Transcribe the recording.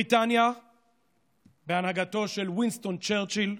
בריטניה בהנהגתו של וינסטון צ'רצ'יל,